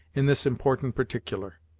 in this important particular.